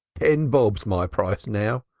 ten bob's my price now.